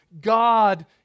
God